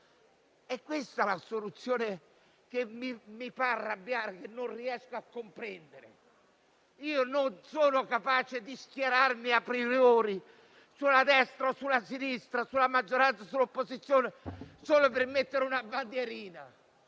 È questo che mi fa inquietare e che non riesco a comprendere. Io non sono capace di schierarmi a priori a destra o a sinistra, con la maggioranza o con l'opposizione solo per mettere una bandierina